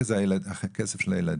כי זה הכסף של הילדים?